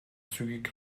zügig